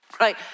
Right